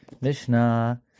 Mishnah